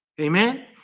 Amen